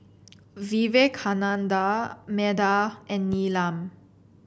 Vivekananda Medha and Neelam